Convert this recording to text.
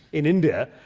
in india.